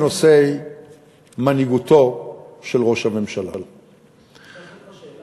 המועמדת להרכיב את הממשלה היא חברת הכנסת שלי